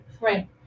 Right